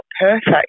perfect